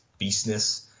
beastness